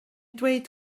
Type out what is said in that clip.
dweud